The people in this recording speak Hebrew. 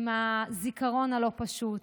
עם הזיכרון הלא-פשוט,